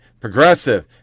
progressive